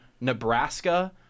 Nebraska